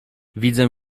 widzę